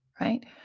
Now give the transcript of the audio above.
right